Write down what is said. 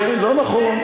לא נכון,